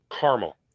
Caramel